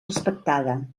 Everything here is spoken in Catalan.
respectada